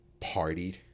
partied